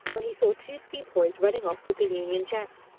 when he saw two sepoys running off with the union jack.